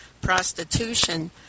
prostitution